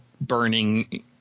burning